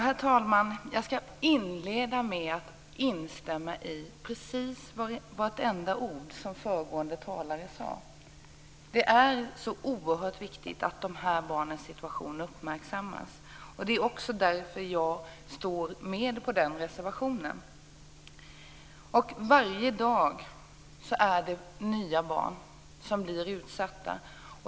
Herr talman! Jag skall inleda med att instämma i precis vartenda ord som föregående talare sade. Det är oerhört viktigt att de här barnens situation uppmärksammas. Det är också därför jag står med på den reservationen. Varje dag är det nya barn som blir utsatta.